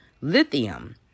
lithium